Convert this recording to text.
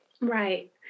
Right